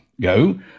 go